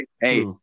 Hey